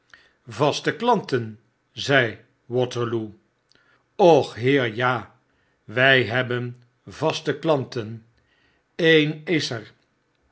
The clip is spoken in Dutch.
vaste klanten zei waterloo och heer ja wjj hebben vaste klanten een is er